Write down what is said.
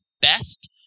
best